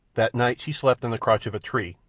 that night she slept in the crotch of a tree,